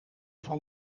van